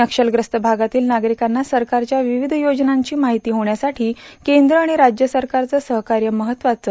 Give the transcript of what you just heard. नक्षलप्रस्त भागातील नागरिकांना सरकारच्या विविध योजनांची माहिती श्रेण्यासाठी केंद्र आणि राज्य सरकारचं सहकार्य महत्वाचं